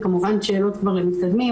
זה כמובן שאלות כבר למתקדמים,